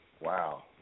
Wow